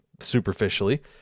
superficially